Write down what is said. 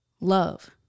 love